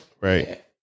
Right